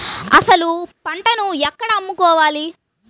అసలు పంటను ఎక్కడ అమ్ముకోవాలి?